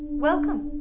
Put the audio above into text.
welcome.